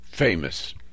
famous